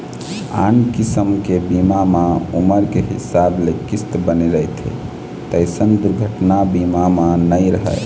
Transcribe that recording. आन किसम के बीमा म उमर के हिसाब ले किस्त बने रहिथे तइसन दुरघना बीमा म नइ रहय